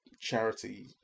charity